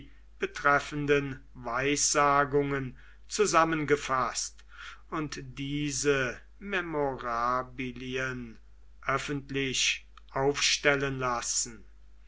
betreffenden weissagungen zusammengefaßt und diese memorabilien öffentlich aufstellen lassen